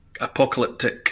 apocalyptic